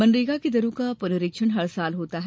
मनरेगा की दरों का पुनरीक्षण हर साल होता है